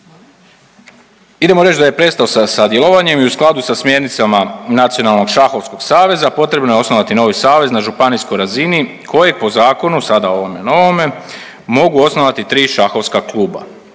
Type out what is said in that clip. Idemo reći da je prestao sa djelovanjem i u skladu sa smjernicama Nacionalnog šahovskog saveza potrebno je osnovati novi savez na županijskoj razini kojeg po zakonu, sada ovome novome, mogu osnovati tri šahovska kluba